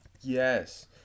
Yes